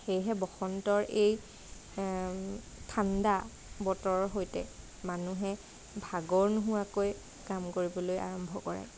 সেয়েহে বসন্তৰ এই ঠাণ্ডা বতৰৰ সৈতে মানুহে ভাগৰ নোহোৱাকৈ কাম কৰিবলৈ আৰম্ভ কৰে